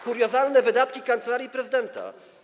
Kuriozalne wydatki Kancelarii Prezydenta.